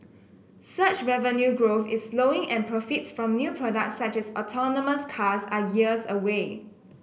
search revenue growth is slowing and profits from new products such as autonomous cars are years away